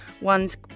One's